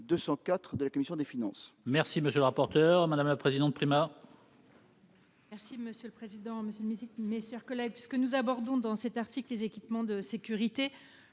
204. La commission des finances